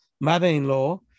mother-in-law